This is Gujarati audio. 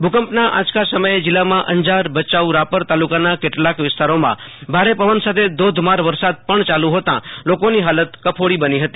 ભૂકંપના આંચકા સમયે જીલ્લામાં અંજાર ભચાઉ રાપર તાલકાના કેટલાક વિસ્તારોમાં ભારે પવન સાથે ધોધમાર વરસાદ પણ યાલુ હોતા લોકોઈ હાલત કફોડી બની હતી